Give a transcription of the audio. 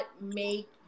make